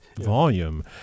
volume